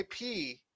ip